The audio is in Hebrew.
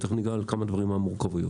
ותכף ניגע בכמה דברים מהמורכבויות.